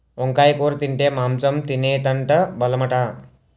వంకాయ కూర తింటే మాంసం తినేటంత బలమట